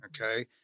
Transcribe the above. Okay